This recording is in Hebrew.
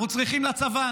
אנחנו צריכים לצבא,